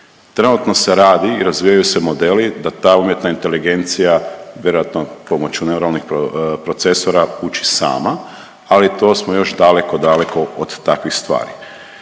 Trenutno se radi i razviju se modeli da ta umjetna inteligencija vjerojatno pomoću … procesora uči sama, ali to smo još daleko, daleko od takvih stvari.